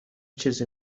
چیزی